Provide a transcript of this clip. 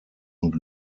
und